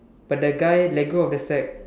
but the guy let go of the sack